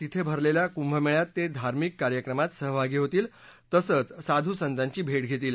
तिथे भरलेल्या कुंभमेळ्यात ते धार्मिक कार्यक्रमात सहभागी होतील तसंच साधू संतांची भेट घेतील